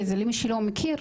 שזה למי שלא מכיר,